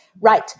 Right